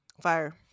Fire